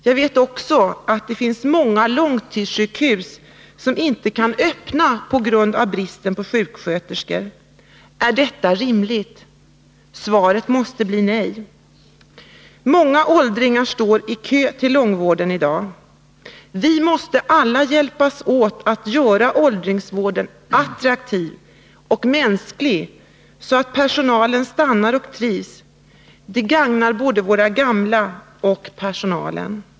Jag vet också att det finns många långvårdssjukhus som inte kan öppna på grund av bristen på sjuksköterskor. Är detta rimligt? Svaret måste bli nej. Många åldringar står i kö till långvården. Vi måste alla hjälpas åt att göra åldringsvården attraktiv och mänsklig, så att personalen stannar och trivs. Det gagnar både våra gamla och personalen.